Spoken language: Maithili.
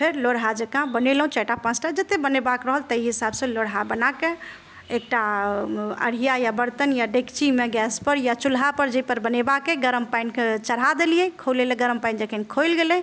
फेर लोढ़हा जकाँ बनेलहुँ चारि टा पाँच टा जते बनेबाक रहल तइ हिसाबसँ लोढ़हा बनाके एक टा अढ़िया या बरतन या डेकचीमे गैसपर या चूल्हापर जइपर बनेबाक अछि गरम पानिके चढ़ा देलियै खौलेलहुँ गरम पानि जखन खोलि गेलहुँ